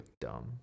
dumb